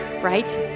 right